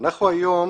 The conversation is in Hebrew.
אנחנו היום